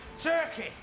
Turkey